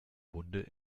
hunde